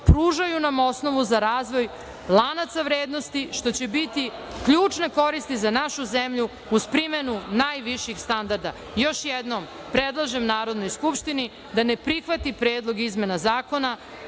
pružaju nam osnovu za razvoj lanaca vrednosti, što će biti ključna korist za našu zemlju uz primenu najviših standarda. Još jednom, predlažem Narodnoj skupštini da ne prihvati Predlog izmena i dopuna